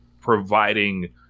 providing